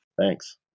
Thanks